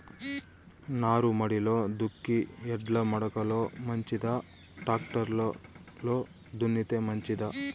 నారుమడిలో దుక్కి ఎడ్ల మడక లో మంచిదా, టాక్టర్ లో దున్నితే మంచిదా?